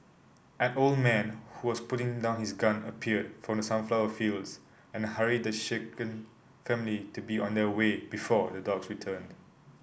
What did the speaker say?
an old man who was putting down his gun appeared from the sunflower fields and hurried the shaken family to be on their way before the dogs returned